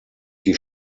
die